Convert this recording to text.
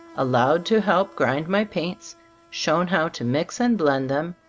allowed to help grind my paints shown how to mix and blend them,